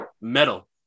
Metal